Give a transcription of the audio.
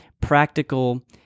practical